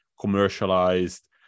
commercialized